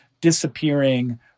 disappearing